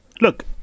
Look